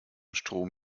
strom